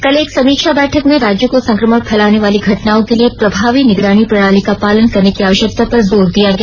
कल एक समीक्षा बैठक में राज्यों को संक्रमण फैलाने वाली घटनाओं के लिए प्रभावी निगरानी प्रणाली का पालन करने की आवश्यकता पर जोर दिया गया